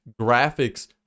graphics